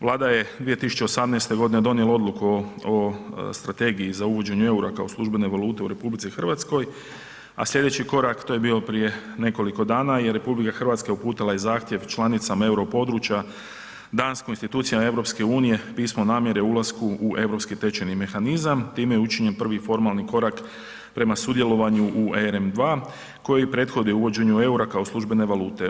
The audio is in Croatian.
Vlada je 2018.g. donijela odluku o strategiji za uvođenje EUR-a kao službene valute u RH, a slijedeći korak to je bio prije nekoliko dana i RH je uputila i zahtjev članicama Euro područja … [[Govornik se ne razumije]] institucijama EU, pismo namjere o ulasku u Europski tečajni mehanizam, time je učinjen prvi formalni korak prema sudjelovanju u EREM2 koji prethodi uvođenju EUR-a kao službene valute.